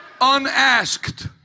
Unasked